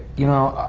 you know,